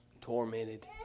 tormented